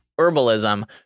herbalism